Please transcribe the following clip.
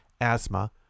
asthma